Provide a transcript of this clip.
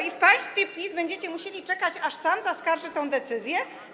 I w państwie PiS będziecie musieli czekać, aż sam zaskarży tę decyzję?